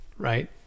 right